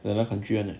another country [one] leh